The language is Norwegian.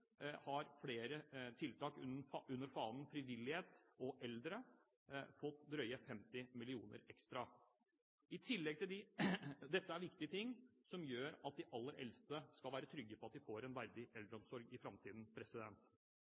har flere tiltak under fanen «frivillighet og eldre» fått drøye 50 mill. kr ekstra. Dette er viktige ting som gjør at de aller eldste skal være trygge på at de skal få en verdig eldreomsorg i framtiden.